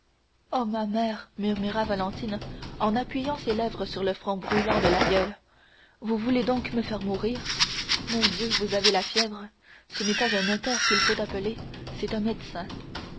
oh ma mère murmura valentine en appuyant ses lèvres sur le front brillant de l'aïeule vous voulez donc me faire mourir mon dieu vous avez la fièvre ce n'est pas un notaire qu'il faut appeler c'est un médecin